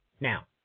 Now